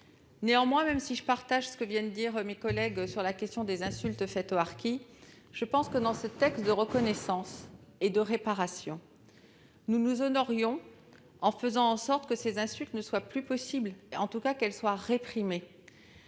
Néanmoins, j'adhère à ce que viennent de dire nos collègues sur la question des insultes faites aux harkis et je pense que, au travers de ce texte portant « reconnaissance » et « réparation », nous nous honorerions en faisant en sorte que ces insultes ne soient plus possibles, ou, en tout cas, qu'elles soient réprimées.